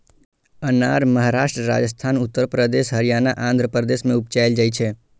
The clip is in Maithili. अनार महाराष्ट्र, राजस्थान, उत्तर प्रदेश, हरियाणा, आंध्र प्रदेश मे उपजाएल जाइ छै